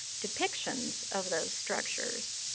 depictions of those structures.